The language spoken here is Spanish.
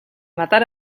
matar